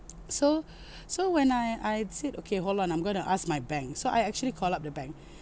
so so when I I'd said okay hold on I'm gonna ask my bank so I actually call up the bank